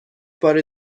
بار